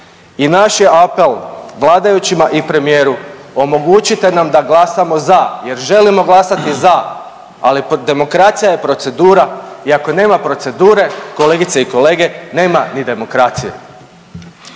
I naš je apel vladajućima i premijeru omogućite nam da glasamo za jer želimo glasati za, ali demokracija je procedura i ako nema procedure kolegice i kolege nema ni demoracije.